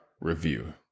review